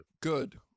Good